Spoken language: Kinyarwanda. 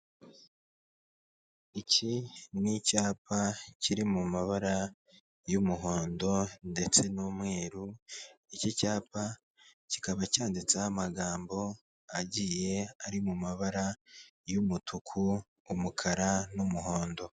Iki ni icyapa kiri mu mabara y'umuhondo ndetse n'umweru, iki cyapa kikaba cyanditseho amagambo agiye ari mu mabara y'umutuku, umukara n'umuhondo.